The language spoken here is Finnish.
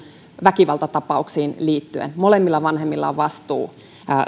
väkivaltatapauksiin liittyen molemmilla vanhemmilla on vastuu